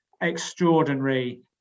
extraordinary